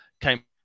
came